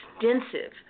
extensive